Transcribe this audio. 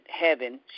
Heaven